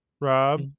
Rob